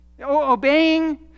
Obeying